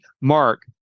Mark